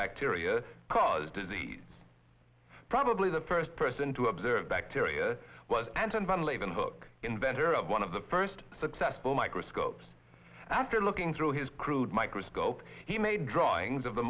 bacteria cause disease probably the first person to observe bacteria was antony funnell even took inventor of one of the first successful microscopes and after looking through his crude microscope he made drawings of the